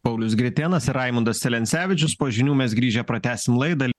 paulius gritėnas raimundas celencevičius po žinių mes grįžę pratęsim laidą